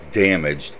damaged